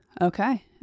Okay